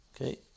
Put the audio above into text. Okay